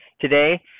today